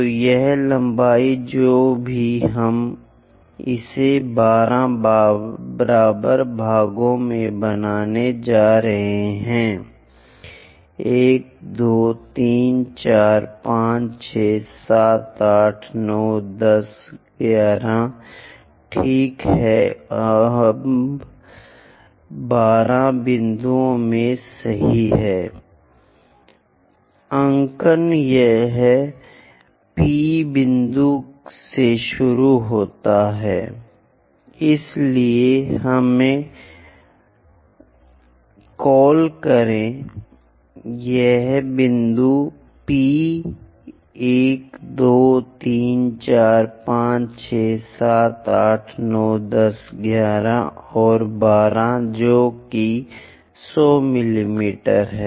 तो यह लंबाई जो भी हम इसे 12 बराबर भागों में बनाने जा रहे हैं 1 2 3 4 5 6 7 8 9 10 11 ठीक है हम 12 बिंदुओं में सही हैं अंकन यह P बिंदु से शुरू होता है 12 इसलिए हमें कॉल करें यह बिंदु P 1 2 3 4 5 6 7 8 9 10 11 और 12 अंक जो कि 100 मिमी है